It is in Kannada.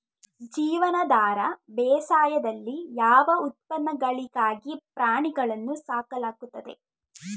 ಜೀವನಾಧಾರ ಬೇಸಾಯದಲ್ಲಿ ಯಾವ ಉತ್ಪನ್ನಗಳಿಗಾಗಿ ಪ್ರಾಣಿಗಳನ್ನು ಸಾಕಲಾಗುತ್ತದೆ?